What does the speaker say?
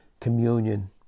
communion